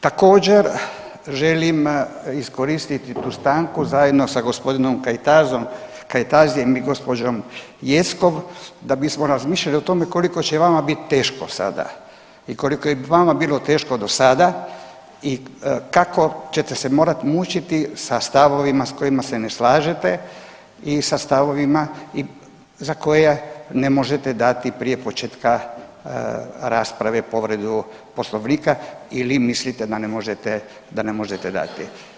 Također, želim iskoristiti tu stanku zajedno sa g. Kajtazom, Kajtazijem i gđom. Jeckov da bismo razmišljali o tome koliko će vama biti teško sada i koliko je vama bilo teško do sada i kako ćete se morati mučiti sa stavovima s kojima se ne slažete i sa stavovima za koje ne možete dati prije početka rasprave povredu Poslovnika ili mislite da ne možete dati.